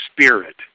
spirit